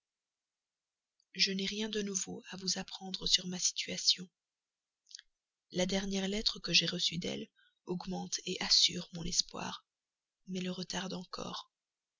je n'ai rien de nouveau à vous apprendre sur ma situation la dernière lettre que j'ai reçue d'elle augmente assure mon espoir mais le retarde encore